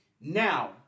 Now